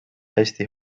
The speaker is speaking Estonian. hästi